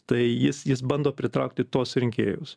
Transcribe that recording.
tai jis jis bando pritraukti tuos rinkėjus